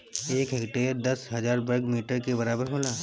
एक हेक्टेयर दस हजार वर्ग मीटर के बराबर होला